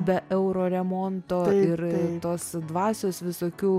be euroremonto ir tos dvasios visokių